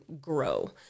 grow